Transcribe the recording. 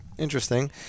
Interesting